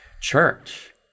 Church